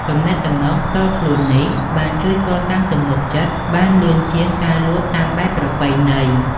ទំនាក់ទំនងផ្ទាល់ខ្លួននេះបានជួយកសាងទំនុកចិត្តបានលឿនជាងការលក់តាមបែបប្រពៃណី។